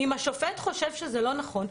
אם השופט חושב שזה לא נכון,